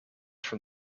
from